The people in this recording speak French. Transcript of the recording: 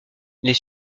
les